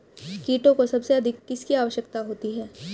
कीटों को सबसे अधिक किसकी आवश्यकता होती है?